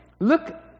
Look